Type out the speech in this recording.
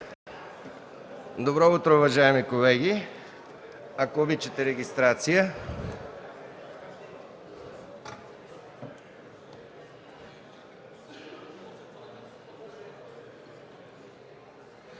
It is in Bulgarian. Добро утро! Уважаеми колеги, ако обичате регистрация.